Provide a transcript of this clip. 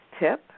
tip